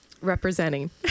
representing